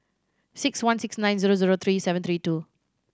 six one six nine zero zero three seven three two